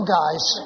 guys